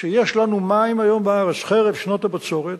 שיש לנו מים היום בארץ, חרף שנות הבצורת,